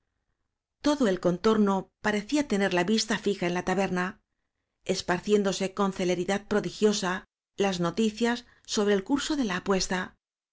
todo el contorno parecía tener la vista fija en la taberna esparciéndose con celeridad prodigiosa las noticias sobre el curso de la apuesta